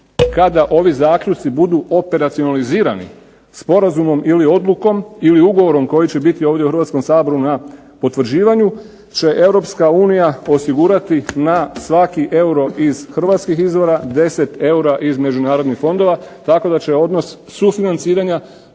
kada ovi zaključci budu operacionalizirani sporazumom ili odlukom ili ugovorom koji će biti ovdje u Hrvatskom saboru na potvrđivanju će EU osigurati na svaki euro iz hrvatskih izvora 10 eura iz međunarodnih fondova tako da će odnos sufinanciranja